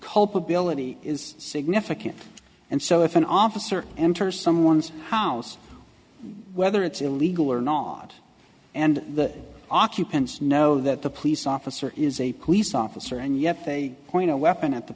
culpability is significant and so if an officer enters someone's house whether it's illegal or not and the occupants know that the police officer is a police officer and yet they point zero weapon at the